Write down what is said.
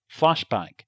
flashback